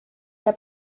der